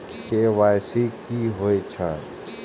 KYC कि होई छल?